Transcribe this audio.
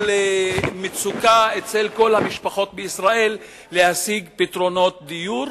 על מצוקה אצל כל המשפחות בישראל להשיג פתרונות דיור,